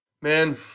man